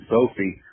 Sophie